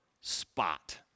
spot